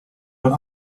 but